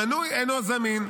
המנוי אינו זמין.